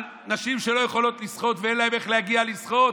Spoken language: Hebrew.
על נשים שלא יכולות לשחות ואין להן איך להגיע לשחות?